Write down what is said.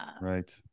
Right